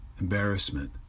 Embarrassment